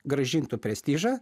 grąžintų prestižą